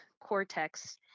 cortex